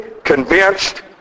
Convinced